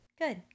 Good